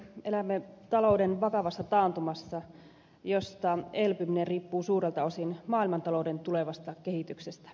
elämme talouden vakavassa taantumassa josta elpyminen riippuu suurelta osin maailmantalouden tulevasta kehityksestä